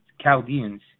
Chaldeans